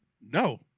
No